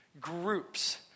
groups